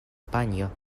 panjo